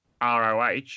ROH